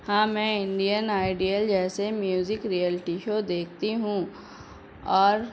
ہاں میں Indian idol جیسے میوزک رییلٹی شو دیکھتی ہوں اور